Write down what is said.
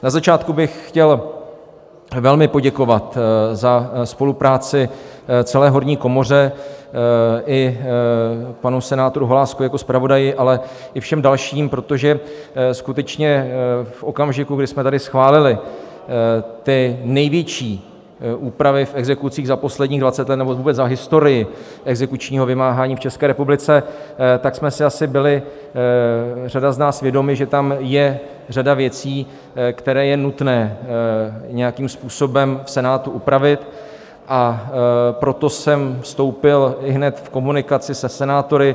Na začátku bych chtěl velmi poděkovat za spolupráci celé horní komoře i panu senátoru Holáskovi jako zpravodaji, ale i všem dalším, protože skutečně v okamžiku, kdy jsme tady schválili ty největší úpravy v exekucích za posledních dvacet let nebo vůbec za historii exekučního vymáhání v České republice, tak jsme si asi byli, řada z nás, vědomi, že tam je řada věcí, které je nutné nějakým způsobem v Senátu upravit, a proto jsem vstoupil ihned v komunikaci se senátory.